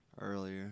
Earlier